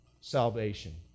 salvation